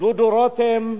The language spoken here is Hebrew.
דודו רותם,